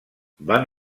van